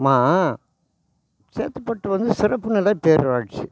மா சேத்துப்பட்டு வந்து சிறப்பு நிலை பேரூராட்சி